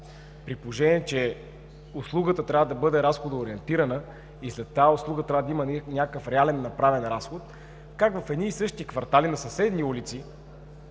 при положение че услугата трябва да бъде разходоориентирана и след тази услуга трябва да има някакъв реален направен разход, как в едни и същи квартали на съседни улици